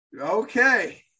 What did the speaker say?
Okay